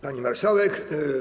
Pani Marszałek!